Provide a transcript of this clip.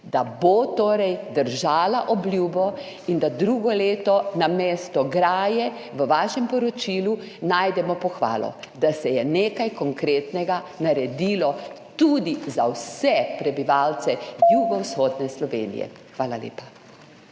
Da bo torej držala obljubo in da drugo leto namesto graje v vašem poročilu najdemo pohvalo, da se je nekaj konkretnega naredilo tudi za vse prebivalce jugovzhodne Slovenije. Hvala lepa.